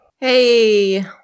Hey